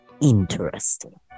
interesting